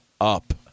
up